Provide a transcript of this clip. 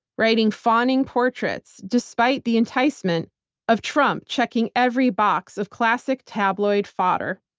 writing fawning portraits despite the enticement of trump checking every box of classic tabloid fodder,